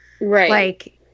Right